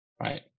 right